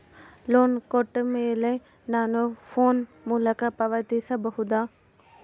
Loan ಕೊಟ್ಟ ಮೇಲೆ ನಾನು ಫೋನ್ ಮೂಲಕ ಪಾವತಿಸಬಹುದಾ?